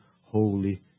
holy